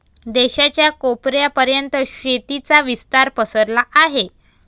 देशाच्या कोपऱ्या पर्यंत शेतीचा विस्तार पसरला आहे